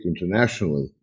internationally